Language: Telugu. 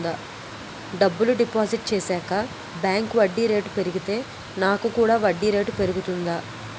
డబ్బులు డిపాజిట్ చేశాక బ్యాంక్ వడ్డీ రేటు పెరిగితే నాకు కూడా వడ్డీ రేటు పెరుగుతుందా?